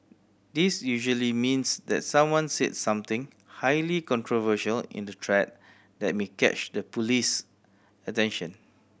this usually means that someone said something highly controversial in the thread that may catch the police attention